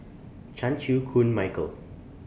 Chan Chew Koon Michael